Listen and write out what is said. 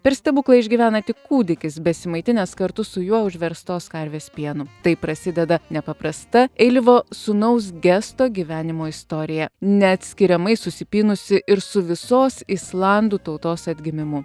per stebuklą išgyvena tik kūdikis besimaitinęs kartu su juo užverstos karvės pienu taip prasideda nepaprasta eilivo sūnaus gesto gyvenimo istorija neatskiriamai susipynusi ir su visos islandų tautos atgimimu